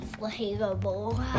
inflatable